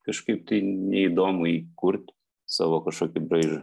kažkaip tai neįdomu jį kurt savo kažkokį braižą